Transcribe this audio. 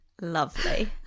lovely